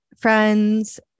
friends